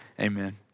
Amen